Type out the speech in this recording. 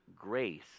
grace